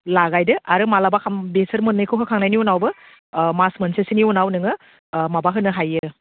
लागायदो आरो माब्लाबा बेफोर मोननैखौबो होखांनायनि उनावबो मास मोनसेसोनि उनाव नोङो माबा होनो हायो